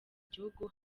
gihugu